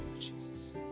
Jesus